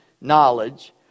knowledge